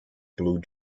blue